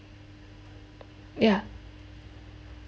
ya